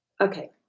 Okay